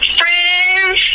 friends